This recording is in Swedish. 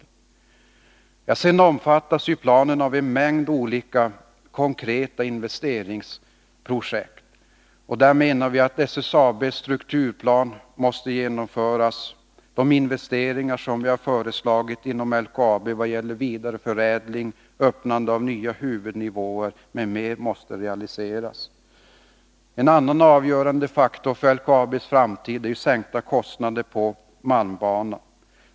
Utvecklingsplanen omfattar vidare en mängd konkreta investeringsobjekt. Vi anser att SSAB:s strukturplan måste genomföras. De investeringar som vi föreslagit inom LKAB vad gäller vidareförädling, öppnande av nya huvudnivåer m.m. måste realiseras. En annan avgörande faktor för LKAB:s framtid är sänkta kostnader på malmbanan.